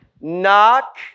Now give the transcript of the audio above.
Knock